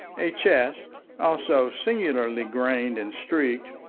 a chest, also singularly grained and streaked,